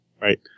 Right